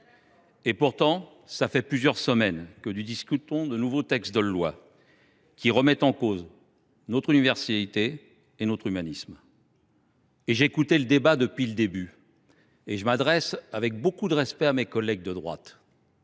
Et pourtant, voilà plusieurs semaines que nous discutons de textes qui remettent en cause notre universalité et notre humanisme. J’ai écouté le débat depuis le début. Je m’adresse avec beaucoup de respect à mes collègues de droite